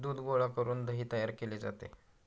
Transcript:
दूध गोळा करून दही तयार केले जाते